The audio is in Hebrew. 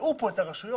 הטעו פה את הרשויות.